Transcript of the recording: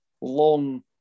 long